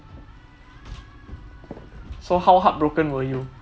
so how heartbroken were you